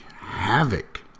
havoc